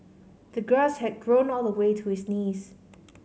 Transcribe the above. the grass had grown all the way to his knees